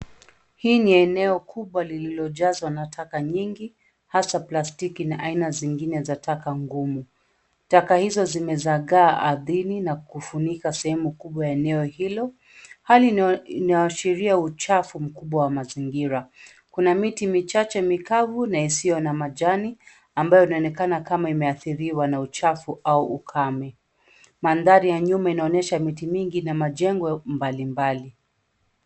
Hii ni eneo kubwa lililojazwa na taka nyingi, hasa plastiki na aina zingine za taka ngumu. Taka hizo zimezagaa ardhini na kufunika sehemu kubwa ya eneo hilo, hali inayoashiria uchafu mkubwa wa mazingira. Kuna miti michache mikavu na isiyo na majani ambayo inaonekana kama imehadhiriwa nauchafu au ukame. Mandhari ya nyuma inaonyesha mingi na majengo mbalimbali.